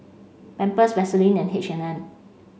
Pampers Vaseline and H and M